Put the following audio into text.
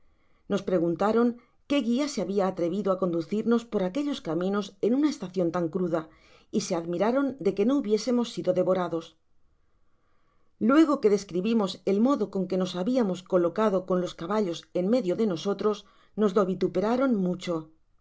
nos preguntaron qué guia se habia atrevido á conducirnos por aquellos caminos en una estacion tan cruda y se admiraron de que no hubiésemos sido devorados luego que describimos el modo con que nos habiamos colocado con los caballos en medio de nosotros nos lo vituperaron mucho y